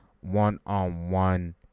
one-on-one